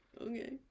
Okay